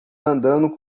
andando